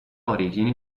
origini